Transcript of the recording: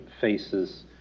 faces